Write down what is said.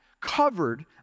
covered